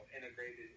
integrated